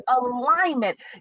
alignment